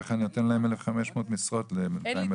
איך אני נותן 1,500 משרות ל-200,000 איש.